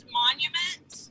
monument